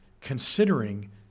considering